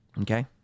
okay